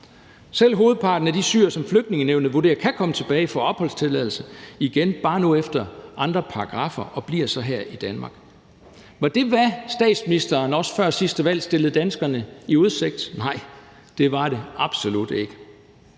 Selv hovedparten af de syrere, som Flygtningenævnet vurderer kan komme tilbage og få opholdstilladelse igen, bare nu efter andre paragraffer, bliver så her i Danmark. Var det, hvad statsministeren også før sidste valg stillede danskerne i udsigt? Nej, det var det absolut ikke.